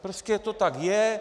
Prostě to tak je.